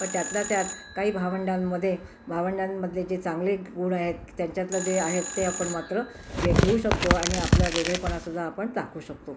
पण त्यातल्या त्यात काही भावंडांमध्ये भावंडांमधले जे चांगले गुण आहेत त्यांच्यातलं जे आहे ते आपण मात्र गे घेऊ शकतो आणि आपला वेगळेपणा सुद्धा आपण टाकू शकतो